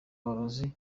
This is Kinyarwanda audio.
abarozi